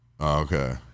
okay